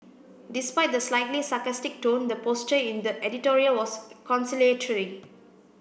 despite the slightly sarcastic tone the posture in the editorial was conciliatory